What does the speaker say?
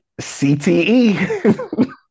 CTE